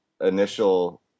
initial